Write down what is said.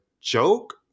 joke